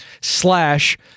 slash